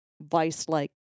vice-like